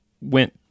went